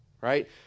right